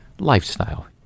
Lifestyle